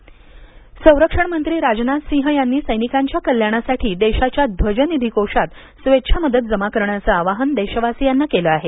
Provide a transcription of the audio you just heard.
दिल्ली ध्वज कोष संरक्षण मंत्री राजनाथ सिंह यांनी सैनिकांच्या कल्याणासाठी देशाच्या ध्वज निधि कोशात स्वेच्छा मदत जमा करण्याचं आवाहन देशवासियांना केलं आहे